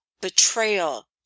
betrayal